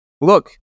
Look